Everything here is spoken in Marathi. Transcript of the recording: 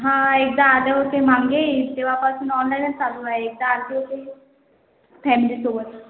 हा एकदा आले होते मागे तेव्हापासून ऑनलाईनच चालू आहे एकदा आले होते फॅमिलीसोबत